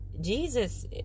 Jesus